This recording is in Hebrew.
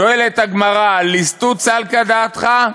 שואלת הגמרא: ליסטות סלקא דעתך?